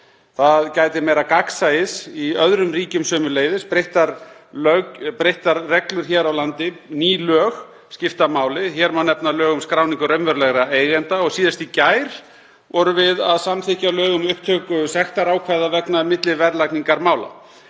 Það gætir meira gagnsæis í öðrum ríkjum sömuleiðis og það eru breyttar reglur hér á landi. Ný lög skipta máli. Hér má nefna lög um skráningu raunverulegra eigenda og síðast í gær vorum við að samþykkja lög um upptöku sektarákvæða vegna milliverðlagningar mála.